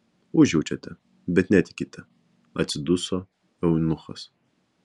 užjaučiate bet netikite atsiduso eunuchas